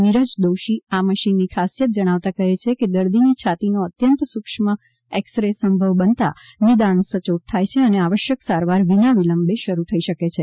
નીરજ દોશી આ મશીનની ખાસિયત જણાવતા કહે છે કે દર્દીની છાતીનો અત્યંત સૂક્ષ્મ એક્સ રે સંભવ બનતા નિદાન સચોટ થાય છે અને આવશ્યક સારવાર વિના વિલંબે શરૂ થઈ શકે છે